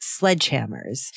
sledgehammers